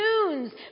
tunes